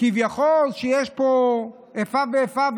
שכביכול יש פה איפה ואיפה.